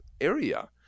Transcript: area